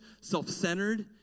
self-centered